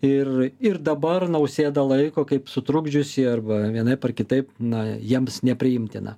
ir ir dabar nausėdą laiko kaip sutrukdžiusį arba vienaip ar kitaip na jiems nepriimtiną